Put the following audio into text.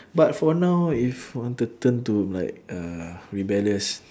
but for now if want to turn to like uh rebellious